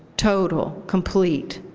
total, complete.